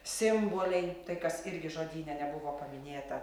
simboliai tai kas irgi žodyne nebuvo paminėta